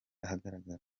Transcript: ahagaragara